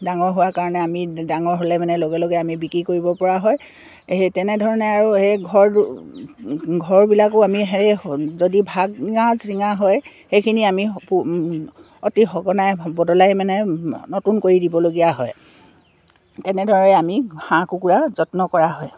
ডাঙৰ হোৱাৰ কাৰণে আমি ডাঙৰ হ'লে মানে লগে লগে আমি বিক্ৰী কৰিব পৰা হয় সেই তেনেধৰণে আৰু সেই ঘৰ ঘৰবিলাকো আমি সেই যদি ভাঙা চিঙা হয় সেইখিনি আমি প অতি সঘনাই বদলাই মানে নতুন কৰি দিবলগীয়া হয় তেনেদৰে আমি হাঁহ কুকুৰা যত্ন কৰা হয়